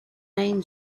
main